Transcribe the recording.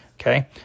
okay